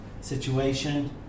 situation